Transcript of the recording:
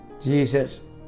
Jesus